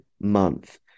month